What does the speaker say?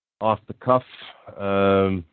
off-the-cuff